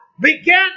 began